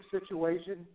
situation